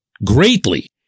greatly